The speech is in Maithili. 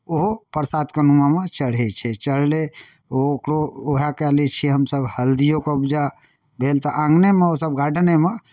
ओहो प्रसादके नुमामे चढ़ै छै चढ़लै ओ ओकरो उएह कऽ लै छियै हमसभ हल्दिओके उपजा भेल तऽ आङनेमे ओ सभ गार्डनेमे